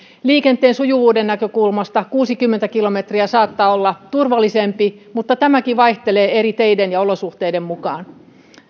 liikenteen sujuvuuden näkökulmasta kuusikymmentä kilometriä saattaa olla turvallisempi mutta tämäkin vaihtelee eri teiden ja olosuhteiden mukaan